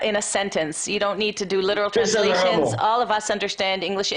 כולנו בחדר מבינים אנגלית,